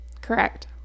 Correct